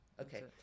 Okay